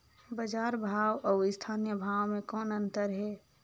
बजार भाव अउ स्थानीय भाव म कौन अन्तर हे?